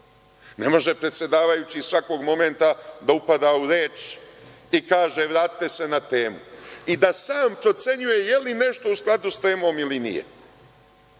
Ne može predsedavajući svakog momenta da upada u reč i kaže – vratite se na temu, i da sam procenjuje je li nešto u skladu s temom ili nije.